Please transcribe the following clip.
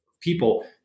people